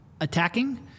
attacking